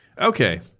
Okay